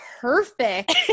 perfect